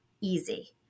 easy